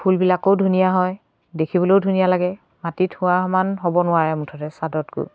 ফুলবিলাকো ধুনীয়া হয় দেখিবলৈয়ো ধুনীয়া লাগে মাটিত হোৱা সমান হ'ব নোৱাৰে মুঠতে ছাদতকৈয়ো